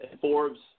Forbes